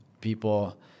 people